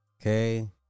Okay